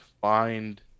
find